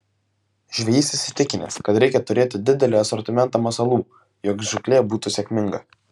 žvejys įsitikinęs kad reikia turėti didelį asortimentą masalų jog žūklė būtų sėkminga